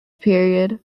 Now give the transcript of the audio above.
period